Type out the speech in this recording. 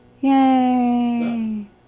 Yay